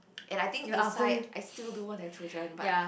and I think inside I still do want to have children but